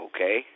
okay